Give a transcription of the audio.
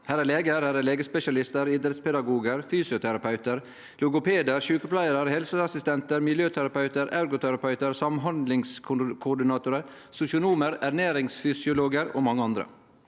Her er legar, legespesialistar, idrettspedagogar, fysioterapeutar, logopedar, sjukepleiarar, helseassistentar, miljøterapeutar, ergoterapeutar, samhandlingskoordinatorar, sosionomar, ernæringsfysiologar og mange andre.